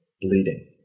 bleeding